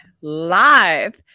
live